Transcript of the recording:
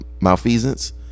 malfeasance